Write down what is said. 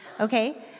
Okay